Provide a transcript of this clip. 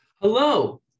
Hello